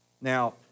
Now